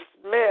Smith